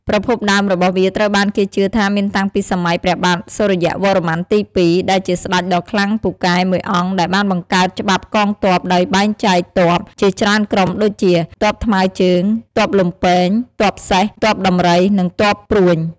ប្រភពដើមរបស់វាត្រូវបានគេជឿថាមានតាំងពីសម័យព្រះបាទ សូរ្យវរ្ម័នទី២ ដែលជាស្ដេចដ៏ខ្លាំងពូកែមួយអង្គដែលបានបង្កើតច្បាប់កងទ័ពដោយបែងចែកទ័ពជាច្រើនក្រុមដូចជា ទ័ពថ្មើជើង ទ័ពលំពែង ទ័ពសេះ ទ័ពដំរី និងទ័ពព្រួញ។